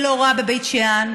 אני לא רואה שבבית שאן,